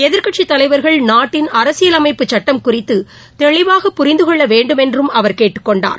எதிர்க்கட்சித் தலைவர்கள் நாட்டின் அரசியலமைப்புச் சுட்டம் குறித்து தெளிவாகப் புரிந்துகொள்ள வேண்டும் என்றும் அவர் கேட்டுக்கொண்டார்